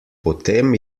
potem